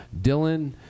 Dylan